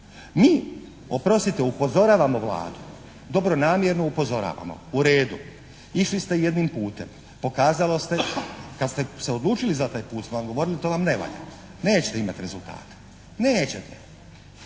Mi, oprostite, upozoravamo Vladu, dobronamjerno upozoravamo, u redu, išli ste jednim putem pokazalo se kad ste se odlučili za taj put o kojem ste govorili, to vam ne valja, nećete imati rezultata. Nećete.